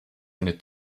eine